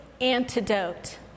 antidote